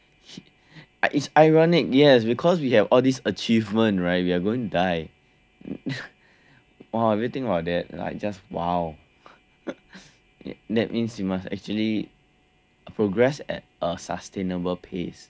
it it's ironic yes because we have all these achievement right we're gonna die !wah! if you think about that like just !wow! that means you must actually progress at a sustainable pace